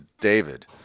David